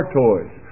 toys